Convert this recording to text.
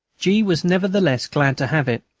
g. was nevertheless glad to have it.